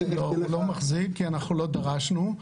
הוא לא מחזיק כי לא דרשנו.